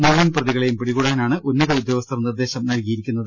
മുഴുവൻ പ്രതികളെയും പിടി കൂടാനാണ് ഉന്നത ഉദ്യോഗസ്ഥർ നിർദ്ദേശം നൽകിയിരിക്കുന്നത്